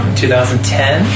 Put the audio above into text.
2010